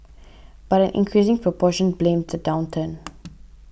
but an increasing proportion blamed the downturn